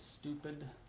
stupid